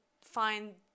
find